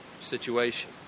situation